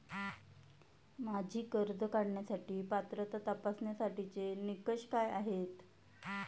माझी कर्ज काढण्यासाठी पात्रता तपासण्यासाठीचे निकष काय आहेत?